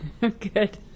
Good